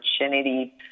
opportunity